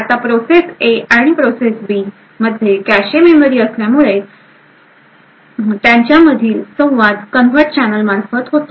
आता process A आणि process B मध्ये कॅशे मेमरी असल्यामुळे त्यामुळे त्यांच्या मधील संवाद कन्व्हर्ट चॅनल मार्फत होतो